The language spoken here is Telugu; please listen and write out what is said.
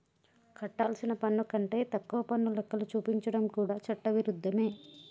కట్టాల్సిన పన్ను కంటే తక్కువ పన్ను లెక్కలు చూపించడం కూడా చట్ట విరుద్ధమే